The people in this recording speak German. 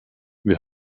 wir